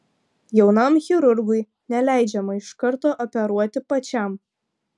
jaunam chirurgui neleidžiama iš karto operuoti pačiam